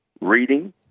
reading